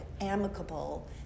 amicable